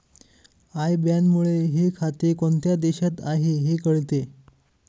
I बॅनमुळे हे खाते कोणत्या देशाचे आहे हे कळते